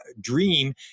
dream